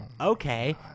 okay